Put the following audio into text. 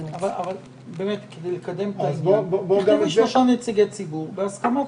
כדי לקדם את ההצבעה תכתבי שלושה נציגי ציבור בהסכמת